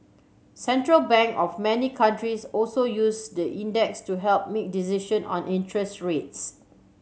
central bank of many countries also use the index to help make decision on interest rates